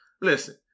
listen